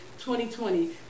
2020